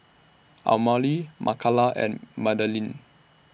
Amalie Makala and Madalynn